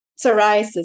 psoriasis